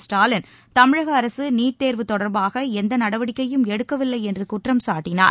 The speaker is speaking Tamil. ஸ்டாலின் தமிழக அரசு நீட் தேர்வு தொடர்பாக எந்தவித நடவடிக்கையும் எடுக்கவில்லை என்று குற்றம் சாட்டினார்